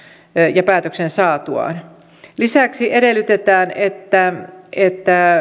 ja päätöksen saatuaan lisäksi edellytetään että että